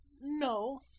no